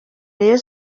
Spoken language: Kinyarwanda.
rayon